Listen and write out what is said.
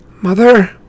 Mother